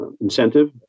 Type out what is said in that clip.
incentive